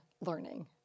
learning